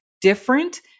different